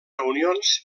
reunions